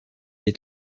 est